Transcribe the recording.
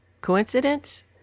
Coincidence